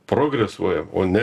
progresuojam o ne